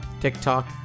TikTok